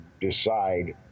decide